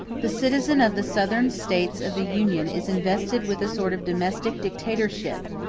the citizen of the southern states of the union is invested with a sort of domestic dictatorship,